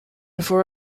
for